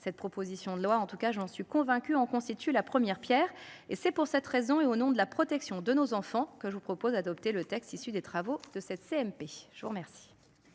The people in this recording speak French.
cette proposition de loi, en tout cas j'en suis convaincu, en constitue la première Pierre. Et c'est pour cette raison, et au nom de la protection de nos enfants que je vous propose d'adopter le texte issu des travaux de cette CMP. Je vous remercie.